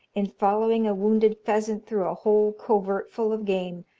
in following a wounded pheasant through a whole covert full of game,